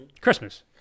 Christmas